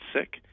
sick